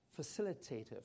facilitative